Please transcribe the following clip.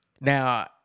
Now